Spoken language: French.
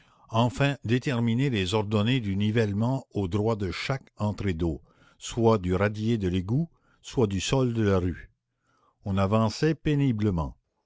enfin déterminer les ordonnées du nivellement au droit de chaque entrée d'eau soit du radier de l'égout soit du sol de la rue on avançait péniblement